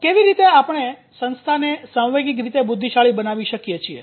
તો કેવી રીતે આપણે સંસ્થા ને સાંવેગિક રીતે બુદ્ધિશાળી બનાવી શકીએ છીએ